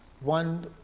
one